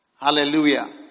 Hallelujah